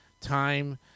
time